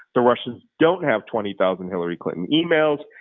the russians don't have twenty thousand hillary clinton emails.